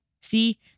See